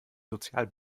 sozial